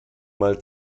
mal